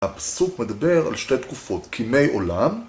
הפסוק מדבר על שתי תקופות, כימי עולם